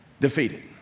defeated